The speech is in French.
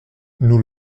nous